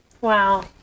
wow